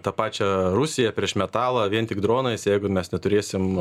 tą pačią rusiją prieš metalą vien tik dronais jeigu mes neturėsim